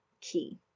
key